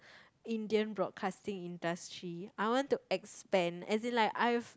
Indian broadcasting industry I want to expand as in like I've